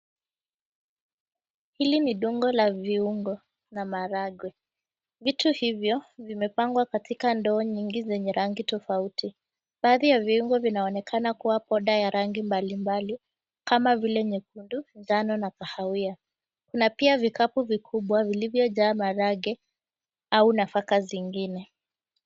Hili ni dungo la viungo na maharagwe. Vitu hivyo vimepangwa katika ndoo nyingi zenye rangi tofauti. Baadhi ya viungo vinaonekana kuwa poda ya rangi mbalimbali kama vile nyekundu, njano na kahawia. Kuna pia vikapu vikubwa vilivyojaa maharagwe au nafaka zingine.